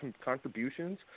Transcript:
contributions